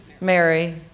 Mary